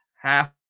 half